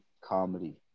comedy